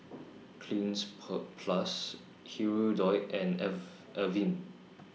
Cleanz Plus Hirudoid and Avene